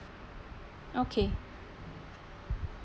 okay